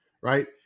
right